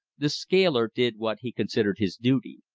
the scaler did what he considered his duty.